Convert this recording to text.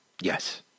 Yes